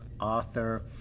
author